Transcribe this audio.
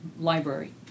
library